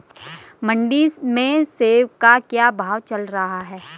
मंडी में सेब का क्या भाव चल रहा है?